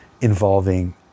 involving